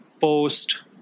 post